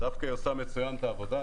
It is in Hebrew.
היא דווקא עושה מצוין את העבודה,